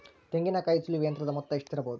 ತೆಂಗಿನಕಾಯಿ ಸುಲಿಯುವ ಯಂತ್ರದ ಮೊತ್ತ ಎಷ್ಟಿರಬಹುದು?